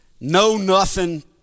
know-nothing